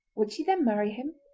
would she then marry him?